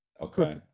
Okay